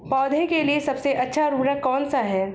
पौधों के लिए सबसे अच्छा उर्वरक कौन सा है?